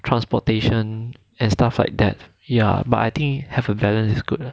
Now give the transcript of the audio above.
transportation and stuff like that ya but I think have a balance is good lah